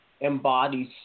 embodies